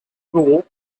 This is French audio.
bourreau